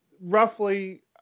roughly